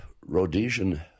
Rhodesian